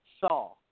Saw